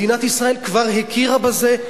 מדינת ישראל כבר הכירה בזה,